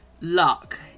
luck